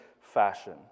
fashion